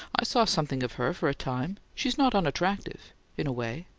i saw something of her for a time. she's not unattractive in a way.